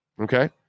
okay